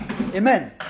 Amen